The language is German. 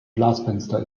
glasfenster